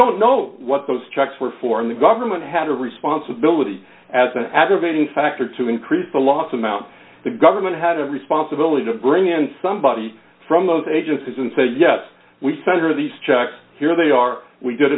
don't know what those checks were for and the government had a responsibility as an aggravating factor to increase the loss amount the government had a responsibility to bring in somebody from those agencies and said yes we sent her these checks here they are we did